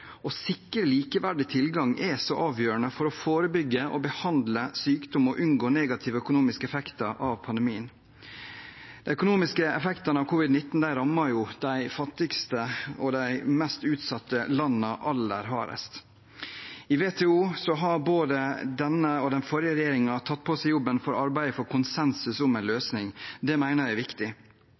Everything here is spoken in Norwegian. Å sikre likeverdig tilgang er avgjørende for å forebygge og behandle sykdom og unngå negative økonomiske effekter av pandemien. De økonomiske effektene av covid-19 rammet de fattigste og mest utsatte landene aller hardest. I WTO har både denne og den forrige regjeringen tatt på seg jobben med å arbeide for konsensus om en løsning. Det mener jeg er viktig.